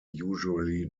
usually